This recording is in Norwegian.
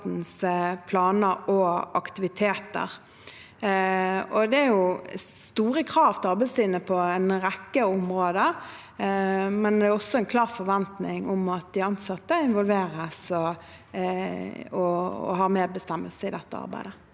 planer og aktiviteter. Det er jo store krav til Arbeidstilsynet på en rekke områder, men også en klar forventning om at de ansatte involveres og har medbestemmelse i dette arbeidet.